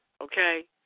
okay